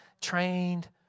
trained